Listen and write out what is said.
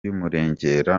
y’umurengera